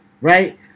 right